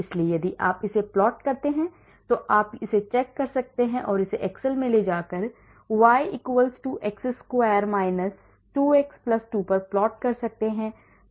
इसलिए यदि आप इसे भी प्लॉट करते हैं तो आप इसे चेक कर सकते हैं और इसे एक्सेल में जाकर y x square 2x 2 पर प्लॉट कर सकते हैं